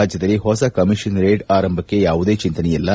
ರಾಜ್ಯದಲ್ಲಿ ಹೊಸ ಕಮಿಷನರೇಟ್ ಆರಂಭಕ್ಕೆ ಯಾವುದೇ ಚಿಂತನೆ ಇಲ್ಲ